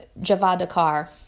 Javadakar